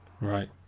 Right